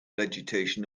vegetation